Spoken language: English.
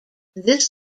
this